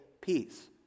peace